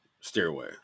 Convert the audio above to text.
stairway